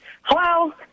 Hello